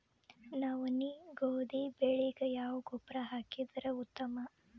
ನವನಿ, ಗೋಧಿ ಬೆಳಿಗ ಯಾವ ಗೊಬ್ಬರ ಹಾಕಿದರ ಉತ್ತಮ?